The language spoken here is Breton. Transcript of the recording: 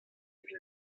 vin